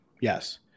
Yes